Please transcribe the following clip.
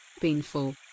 painful